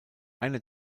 einer